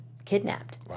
kidnapped